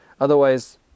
Otherwise